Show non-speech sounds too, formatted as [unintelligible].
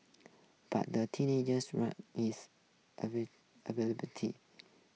but the teenagers [unintelligible] is [unintelligible] available tea